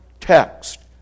text